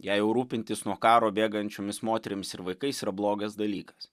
jei jau rūpintis nuo karo bėgančiomis moterims ir vaikais yra blogas dalykas